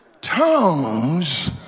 tongues